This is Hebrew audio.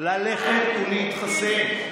ללכת ולהתחסן.